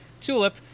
Tulip